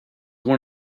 one